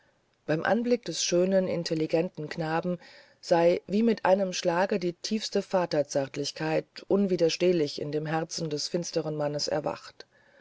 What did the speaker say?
beim anblick des schönen intelligenten knaben sei wie mit einem schlage die tiefste vaterzärtlichkeit unwiderstehlich in dem herzen des finsteren mannes erwacht